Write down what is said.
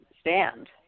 stand